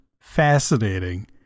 fascinating